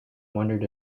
wondered